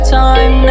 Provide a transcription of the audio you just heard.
time